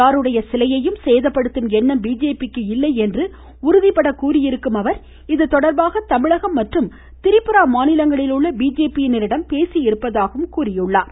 யாருடைய சிலையையும் சேதப்படுத்தும் எண்ணம் பிஜேபிக்கு இல்லை உறுதிபட கூறியிருக்கும் அவர் இதுதொடர்பாக தமிழகம் மற்றும் திரிபுரா மாநிலங்களில் உள்ள பிஜேபியினரிடம் பேசியிருப்பதாகவும் கூறியிருக்கிறார்